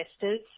investors